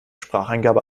spracheingabe